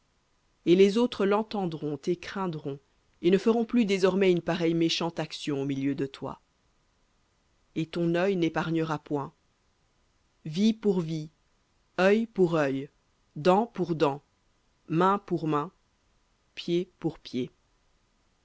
et les autres l'entendront et craindront et ne feront plus désormais une pareille méchante action au milieu de toi et ton œil n'épargnera point vie pour vie œil pour œil dent pour dent main pour main pied pour pied